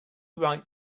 write